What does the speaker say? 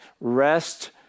Rest